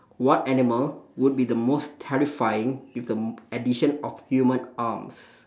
what animal would be the most terrifying with the addition of human arms